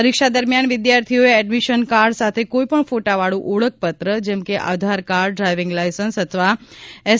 પરીક્ષા દરમિયાન વિદ્યાર્થીઓએ એડમીશન કાર્ડ સાથે કોઇપણ ફોટાવાળું ઓળખપત્ર જેમ કે આધારકાર્ડ ડ્રાયવીંગ લાયસન્સ અથવા એસ